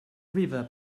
river